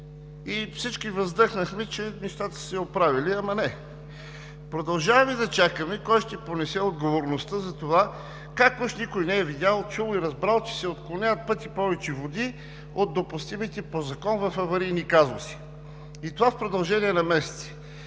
и всички въздъхнахме, че нещата са се оправили – ама, не! Продължаваме да чакаме кой ще понесе отговорността за това как уж никой не е видял, чул и разбрал, че се отклоняват пъти повече води от допустимите по закон в аварийни казуси. И това в продължение на месеци.